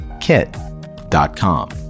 Kit.com